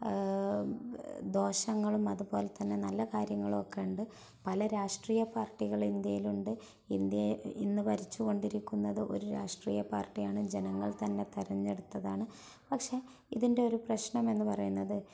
ദോഷങ്ങളും അതുപോലെ തന്നെ നല്ല കാര്യങ്ങളും ഒക്കെയുണ്ട് പല രാഷ്ട്രീയ പാർട്ടികള് ഇന്ത്യയിലുണ്ട് ഇന്ത്യയെ ഇന്ന് ഭരിച്ചുകൊണ്ടിരിക്കുന്നത് ഒരു രാഷ്ട്രീയ പാർട്ടിയാണ് ജനങ്ങള് തന്നെ തെരഞ്ഞെടുത്തതാണ് പക്ഷെ ഇതിൻ്റെ ഒരു പ്രശ്നമെന്ന് പറയുന്നത്